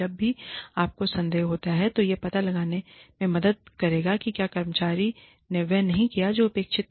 जब भी आपको संदेह होता है तो यह पता लगाने में मदद करेगा कि क्या कर्मचारी ने वह नहीं किया जो अपेक्षित था